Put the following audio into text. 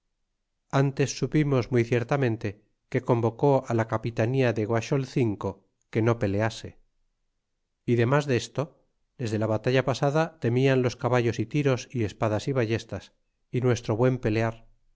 antes supimos muy ciertamente que convocó á la capitanía de guaxolcingo que no pelease y demas desto desde la batalla pasada temian los caballos y tiros y espadas y ballestas y nuestro buen pelear